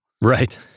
Right